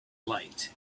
light